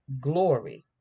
glory